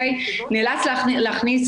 נאלץ להכניס